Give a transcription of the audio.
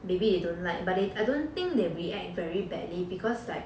maybe they don't like but they I don't think they react very badly because like